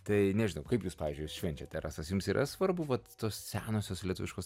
tai nežinau kaip jūs pavyzdžiui jas švenčiate rasas jums yra svarbu vat tos senosios lietuviškos